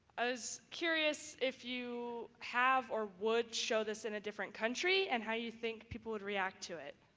ah was curious if you have or would show this in a different country and how you think people would react to it?